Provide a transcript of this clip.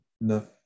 No